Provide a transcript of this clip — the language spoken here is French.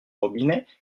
robinet